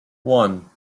one